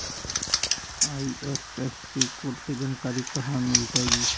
IFSC code के जानकारी कहा मिलतई